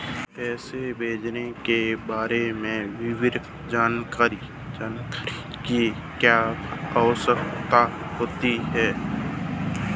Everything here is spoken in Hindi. पैसे भेजने के बारे में विवरण जानने की क्या आवश्यकता होती है?